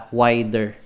wider